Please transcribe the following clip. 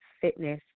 fitness